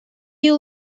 you